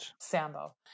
Sambo